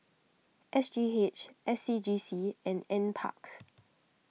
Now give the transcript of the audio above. S G H S C G C and N Parks